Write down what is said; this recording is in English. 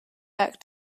back